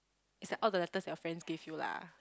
it's like all the letters your friends gave you lah